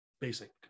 basic